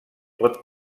pot